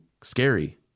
scary